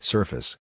Surface